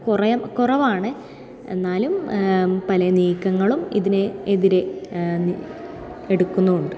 കുറെ കുറവാണ് എന്നാലും പല നീക്കങ്ങളും ഇതിന് എതിരെ എടുക്കുന്നും ഉണ്ട്